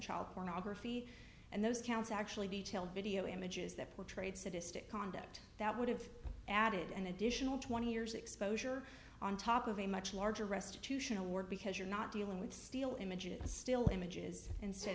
child pornography and those counts actually detail video images that portrayed sadistic conduct that would have added an additional twenty years exposure on top of a much larger restitution award because you're not dealing with still images still images instead